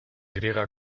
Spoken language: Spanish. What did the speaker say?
griega